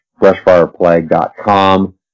brushfireplague.com